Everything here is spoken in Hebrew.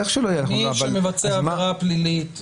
איך שלא יהיה --- מי שמבצע עבירה פלילית